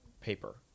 paper